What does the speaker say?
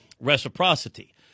reciprocity